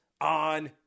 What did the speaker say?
on